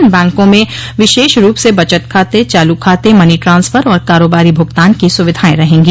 इन बैंकों में विशेष रूप से बचत खातें चालू खाते मनी ट्रांस्फर और कारोबारी भुगतान की सुविधाएं रहेंगी